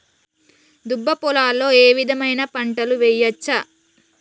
దుబ్బ పొలాల్లో ఏ విధమైన పంటలు వేయచ్చా?